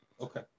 Okay